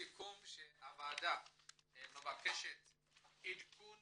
הוועדה מבקשת עדכון